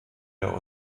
der